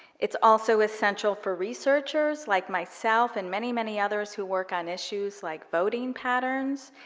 it's also essential for researchers, like myself and many, many others who work on issues like voting patterns,